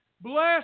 Bless